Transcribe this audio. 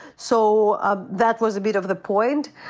so ah that was a bit of the point.